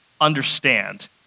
understand